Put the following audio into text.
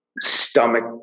Stomach